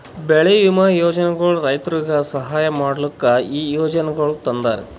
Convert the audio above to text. ಬೆಳಿ ವಿಮಾ ಯೋಜನೆಗೊಳ್ ರೈತುರಿಗ್ ಸಹಾಯ ಮಾಡ್ಲುಕ್ ಈ ಯೋಜನೆಗೊಳ್ ತಂದಾರ್